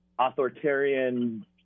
authoritarian